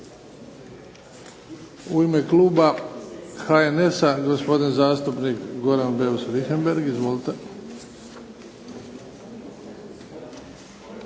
U ime kluba HNS-a, gospodin zastupnik Goran Beus Richembergh. Izvolite. Prije